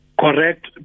Correct